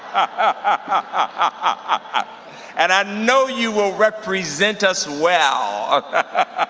ah and i know you will represent us well